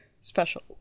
special